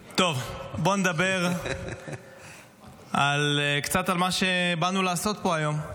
טוב, בואו נדבר קצת על מה שבאנו לעשות פה היום.